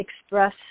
express